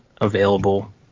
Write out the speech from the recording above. available